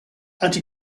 anti